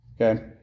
Okay